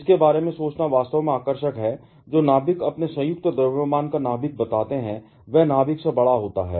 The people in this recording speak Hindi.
इसके बारे में सोचना वास्तव में आकर्षक है जो नाभिक अपने संयुक्त द्रव्यमान का नाभिक बनाते हैं वह नाभिक से ही बड़ा होता है